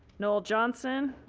noel johnson,